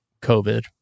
COVID